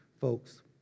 folks